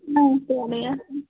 نہَ یہِ چھُ تورے آسان